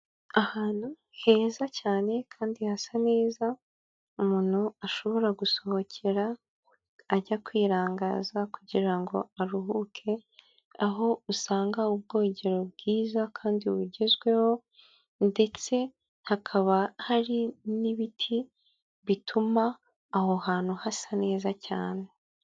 Ahantu heza cyane kandi hasa neza, umuntu ashobora gusohokera ajya kwirangaza kugira ngo aruhuke, aho usanga ubwogero bwiza kandi bugezweho, ndetse hakaba hari n'ibiti bituma aho hantu hasa neza cyane.